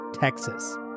Texas